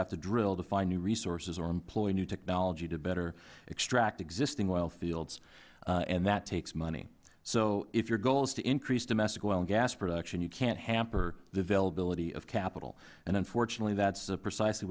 drill to find new resources or employ new technology to better extract existing oil fields and that takes money so if your goal is to increase domestic oil and gas production you can't hamper the availability of capital and unfortunately that's precisely